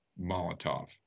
Molotov